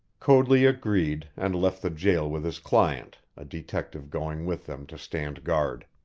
coadley agreed, and left the jail with his client, a detective going with them to stand guard.